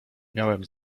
miałem